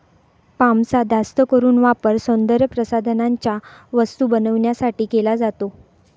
पामचा जास्त करून वापर सौंदर्यप्रसाधनांच्या वस्तू बनवण्यासाठी केला जातो